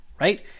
right